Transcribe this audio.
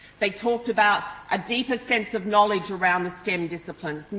they talked about a deeper sense of knowledge around the stem disciplines.